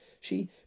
She